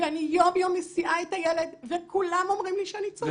ואני יום יום מסיעה את הילד וכולם אומרים לי שאני צודקת.